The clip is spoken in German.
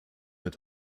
mit